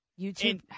YouTube